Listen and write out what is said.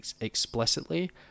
explicitly